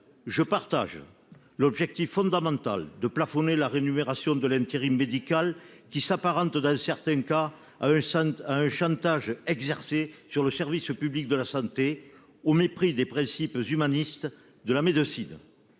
Je partage l'objectif fondamental de plafonner la rémunération de l'intérim médical qui s'apparente dans certains cas. Sont à un chantage exercé sur le service public de la santé, au mépris des principes humanistes de la médecine.